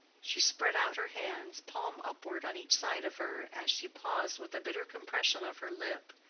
she spread out her hands, palm upward, on each side of her, as she paused with a bitter compression of her lip,